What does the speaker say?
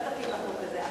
הם גם שותפים לחוק הזה.